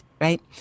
right